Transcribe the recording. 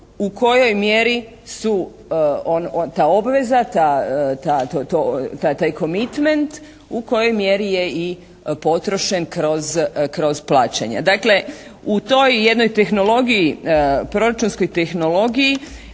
u kojoj mjeri su ta obveza, ta, taj «commitment» u kojoj mjeri je i potrošen kroz plaćanja. Dakle u toj jednoj tehnologiji, proračunskoj tehnologiji